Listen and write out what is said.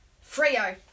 Frio